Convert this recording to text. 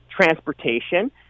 transportation